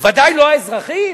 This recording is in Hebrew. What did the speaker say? ודאי לא האזרחים.